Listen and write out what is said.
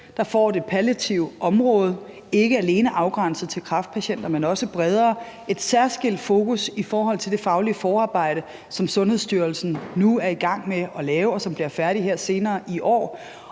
Der får det palliative område, ikke alene afgrænset til kræftpatienter, men også bredere, et særskilt fokus i forhold til det faglige forarbejde, som Sundhedsstyrelsen nu er i gang med at lave, og som bliver færdigt her senere i år.